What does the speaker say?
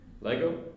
Lego